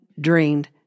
drained